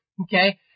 Okay